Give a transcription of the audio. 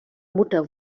mutter